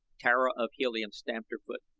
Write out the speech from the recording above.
tara of helium stamped her foot.